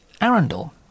Arundel